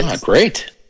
great